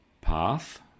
path